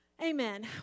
Amen